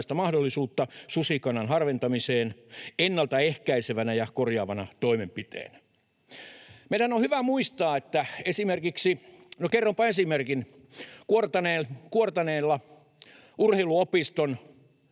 mahdollisuutta susikannan harventamiseen ennaltaehkäisevänä ja korjaavana toimenpiteenä. Meidän on hyvä muistaa esimerkiksi — kerronpa esimerkin: Kuortaneella urheiluopiston